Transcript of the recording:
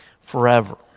forever